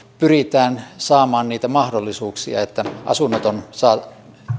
pyritään saamaan niitä mahdollisuuksia että asunnoton saa